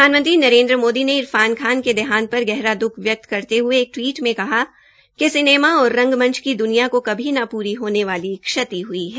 प्रधानमंत्री नरेन्द्र मोदी ने इरफान खान के देहांत पर गहरा द्ख व्यक्त करते हये एक टवीट में कहा कि सिनेमा और रंगमंच की दुनिया को कभी न पूरी होने वाली क्षति हुई है